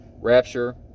rapture